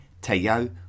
Teo